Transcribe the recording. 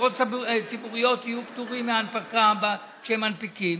שחברות ציבוריות יהיו פטורות מהנפקה שהן מנפיקים,